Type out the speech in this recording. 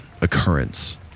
occurrence